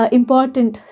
important